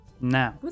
now